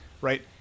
right